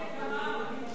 אני לא העליתי את המע"מ,